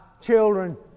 children